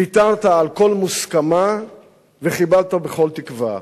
ויתרת על כל מוסכמה וחיבלת בכל תקווה.